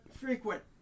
Frequent